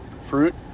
fruit